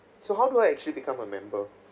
so how do I actually become a member